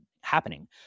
happening